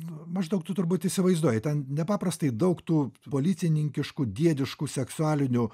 maždaug tu turbūt įsivaizduoji ten nepaprastai daug tų policininkiškų diediškų seksualinių